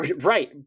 Right